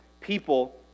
People